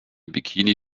bikini